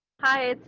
hi.